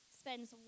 spends